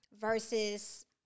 Versus